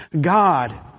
God